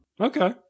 Okay